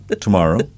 tomorrow